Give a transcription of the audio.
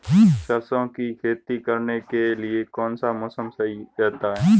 सरसों की खेती करने के लिए कौनसा मौसम सही रहता है?